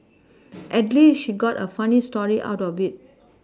at least she got a funny story out of it